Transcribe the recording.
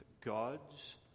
God's